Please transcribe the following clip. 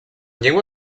llengua